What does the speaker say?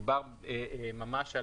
מדובר ממש על